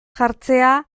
jartzea